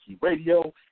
Radio